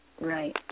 Right